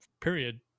period